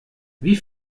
wie